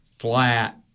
flat